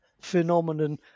phenomenon